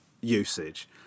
usage